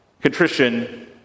Contrition